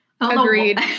Agreed